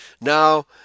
now